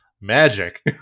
magic